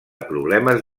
problemes